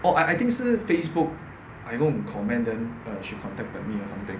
oh I I think 是 facebook I go and comment then she err contacted me or something